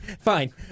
Fine